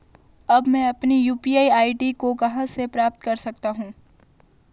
अब मैं अपनी यू.पी.आई आई.डी कहां से प्राप्त कर सकता हूं?